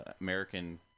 American